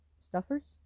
Stuffers